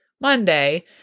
Monday